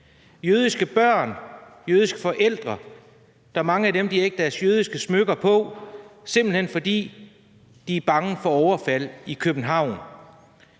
jødiske børn og deres forældre har ikke deres jødiske smykker på, simpelt hen fordi de er bange for overfald i København.